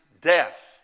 death